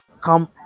come